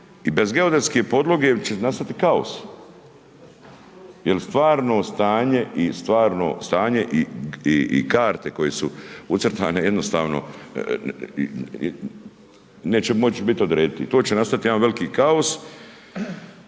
i bez geodetske podloge će nastati kaos jel stvarno stanje i stvarno stanje i karte koje su ucrtane jednostavno neće moć bit odrediti i to će nastati jedan veliki kaos